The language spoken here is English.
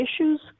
issues